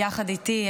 יחד איתי,